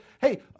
hey